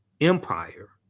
empire